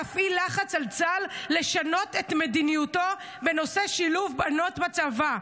להפעיל לחץ על צה"ל לשנות את מדיניותו בנושא שילוב בנות בצבא.